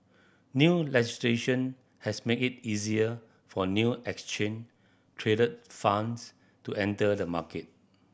new legislation has made it easier for new exchange traded funds to enter the market